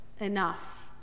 enough